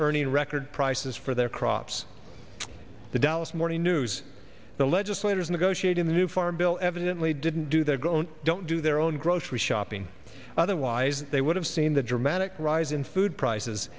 earning record prices for their crops the dallas morning news the legislators negotiating the new farm bill evidently didn't do their own don't do their own grocery shopping otherwise they would have seen the dramatic rise in food prices